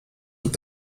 with